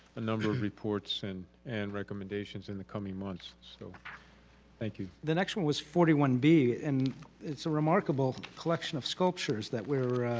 a number of reports and and recommendations in the coming months so thank you. the next one was forty one b and it's a remarkable collection of sculptures that we're